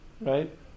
Right